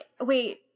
wait